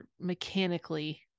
mechanically